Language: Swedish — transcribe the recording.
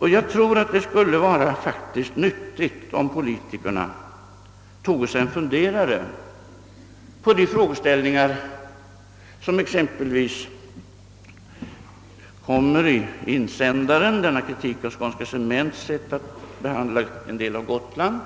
Jag tror faktiskt att det skulle vara nyttigt om politikerna tog sig en funderare exempelvis på frågeställningarna i boken »Insändarna» med dess kritik av Skånska Cements sätt att behandla en del av Gotland,